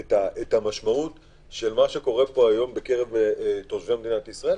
את המשמעות של מה שקורה היום בקרב תושבי מדינת ישראל,